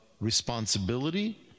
responsibility